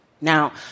Now